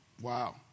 Wow